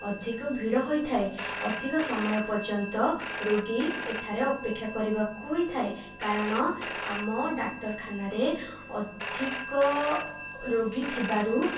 ଅଧିକ ଭିଡ଼ ହୋଇଥାଏ ଅଧିକ ସମୟ ପର୍ଯ୍ୟନ୍ତ ରୋଗୀ ଏଠାରେ ଅପେକ୍ଷା କରିବାକୁ ହୋଇଥାଏ କାରଣ ଆମ ଡାକ୍ତରଖାନାରେ ଅଧିକ ରୋଗୀ ଥିବାରୁ